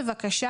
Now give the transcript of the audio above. בבקשה,